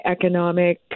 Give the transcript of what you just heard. economic